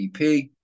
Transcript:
EP